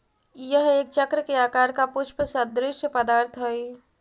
यह एक चक्र के आकार का पुष्प सदृश्य पदार्थ हई